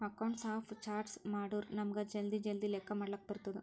accounts of charts ಮಾಡುರ್ ನಮುಗ್ ಜಲ್ದಿ ಜಲ್ದಿ ಲೆಕ್ಕಾ ಮಾಡ್ಲಕ್ ಬರ್ತುದ್